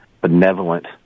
benevolent